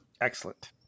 Excellent